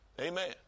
Amen